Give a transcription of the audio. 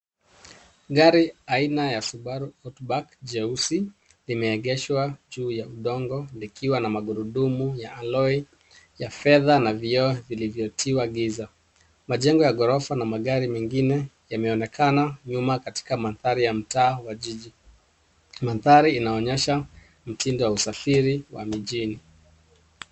Gari aina ya Subaru hotback jeusi limeegeshwa juu ya udongo likiwa na magurudumu ya aloy ya fedha na vioo vilivyotiwa giza. Majengo ya ghorofa na magari mengine yameonekana nyuma katika mandari ya mtaa wa jiji. Mandari inaonyesha mtindo wa usafiri wa mjini.